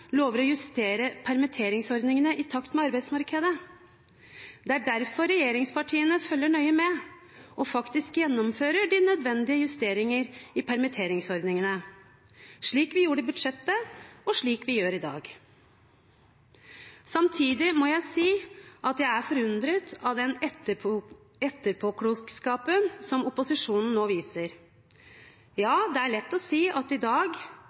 lover å justere permitteringsordningene i takt med arbeidsmarkedet. Det er derfor regjeringspartiene følger nøye med og faktisk gjennomfører de nødvendige justeringer i permitteringsordningene, slik vi gjorde i budsjettet, og slik vi gjør i dag. Samtidig må jeg si at jeg er forundret over den etterpåklokskapen som opposisjonen nå viser. Ja, det er lett å si i dag